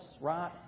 right